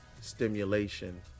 stimulation